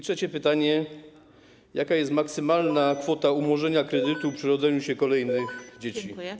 Trzecie pytanie: Jaka jest maksymalna kwota umorzenia kredytu przy rodzeniu się kolejnych dzieci?